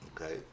Okay